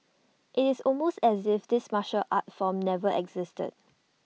it's almost as if this martial art form never existed